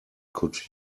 could